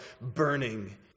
burning